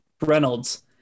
Reynolds